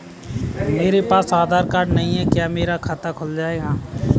मेरे पास आधार कार्ड नहीं है क्या मेरा खाता खुल जाएगा?